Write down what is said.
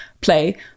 play